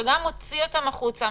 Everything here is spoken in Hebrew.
שגם מוציא אותם החוצה,